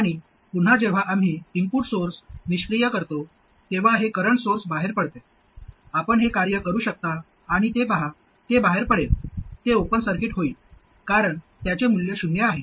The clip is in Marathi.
आणि पुन्हा जेव्हा आम्ही इनपुट सोर्स निष्क्रिय करतो तेव्हा हे करंट सोर्स बाहेर पडते आपण हे कार्य करू शकता आणि ते पहा ते बाहेर पडेल ते ओपन सर्किट होईल कारण त्याचे मूल्य शून्य आहे